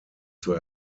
zur